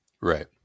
Right